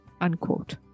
Unquote